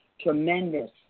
tremendous